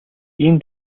ийм